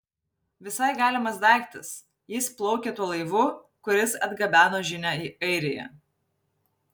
visai galimas daiktas jis plaukė tuo laivu kuris atgabeno žinią į airiją